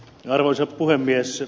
arvoisa puhemies